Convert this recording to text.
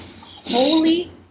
holy